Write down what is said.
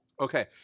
Okay